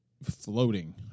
floating